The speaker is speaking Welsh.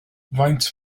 faint